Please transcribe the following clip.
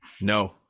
no